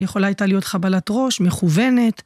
יכולה הייתה להיות חבלת ראש, מכוונת.